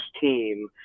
team